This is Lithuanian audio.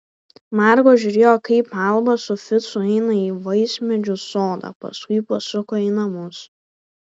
margo žiūrėjo kaip alba su ficu eina į vaismedžių sodą paskui pasuko į namus